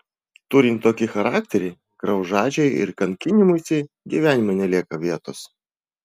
turint tokį charakterį graužačiai ir kankinimuisi gyvenime nelieka vietos